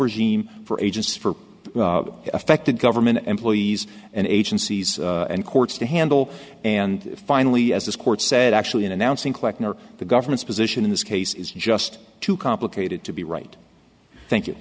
regime for agents for affected government employees and agencies and courts to handle and finally as this court said actually in announcing kleckner the government's position in this case is just too complicated to be right thank you